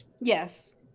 yes